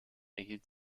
erhielt